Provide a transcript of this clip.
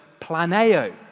planeo